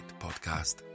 Podcast